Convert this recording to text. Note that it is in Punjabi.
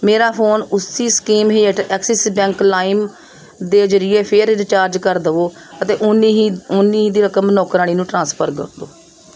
ਮੇਰਾ ਫੋਨ ਉਸੇ ਸਕੀਮ ਹੇਠ ਐਕਸਿਸ ਬੈਂਕ ਲਾਇਮ ਦੇ ਜ਼ਰੀਏ ਫੇਰ ਰਿਚਾਰਜ ਕਰ ਦੇਵੋ ਅਤੇ ਓਨੀ ਹੀ ਓਨੀ ਹੀ ਦੀ ਰਕਮ ਨੌਕਰਾਣੀ ਨੂੰ ਟ੍ਰਾਂਸਫਰ ਕਰ ਦਿਓ